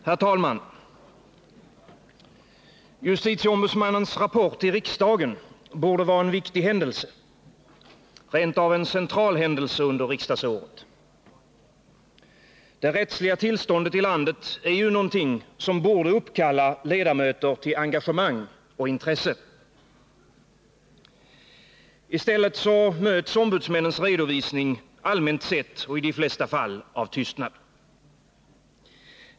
Herr talman! Justitieombudsmännens rapport till riksdagen borde vara en viktig händelse, rent av en central händelse under riksdagsåret. Det rättsliga tillståndet i landet är något som borde uppkalla ledamöter till engagemang och intresse. I stället möts ombudsmännens redovisning allmänt sett och i de flesta fall av tystnad.